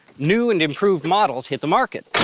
new and improved models hit the market.